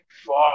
Fuck